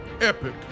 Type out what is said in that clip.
epic